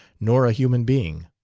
nor a human being.